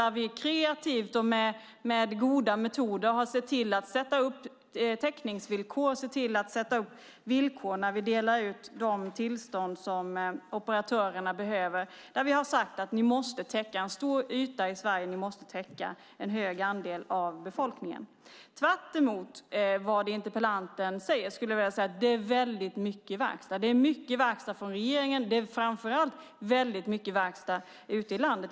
Vi har kreativt och med goda metoder sett till att sätta upp täckningsvillkor och villkor när vi delat ut de tillstånd som operatörerna behöver. Vi har sagt: Ni måste täcka en stor yta i Sverige. Ni måste täcka en hög andel av befolkningen. Tvärtemot vad interpellanten säger skulle jag vilja säga att det är väldigt mycket verkstad. Det är mycket verkstad från regeringen. Det är framför allt väldigt mycket verkstad ute i landet.